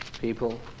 people